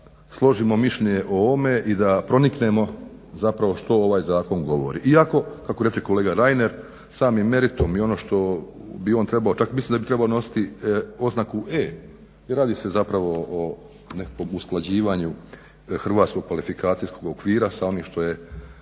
da složimo o ovome i da proniknemo zapravo što ovaj zakon govori. Iako kako reče kolega Reiner sam i meritum i ono što bi on trebao, mislim da bi čak trebao nositi oznaku e jer radi se zapravo o nekakvom usklađivanju hrvatskog kvalifikacijskog okvira sa onim što je